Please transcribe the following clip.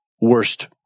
worst